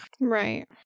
Right